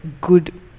good